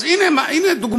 אז הנה דוגמה.